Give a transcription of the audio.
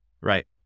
right